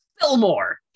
Fillmore